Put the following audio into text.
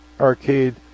arcade